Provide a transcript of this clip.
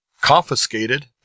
confiscated